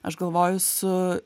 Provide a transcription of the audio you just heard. aš galvoju su